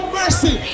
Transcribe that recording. mercy